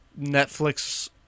Netflix